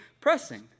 pressing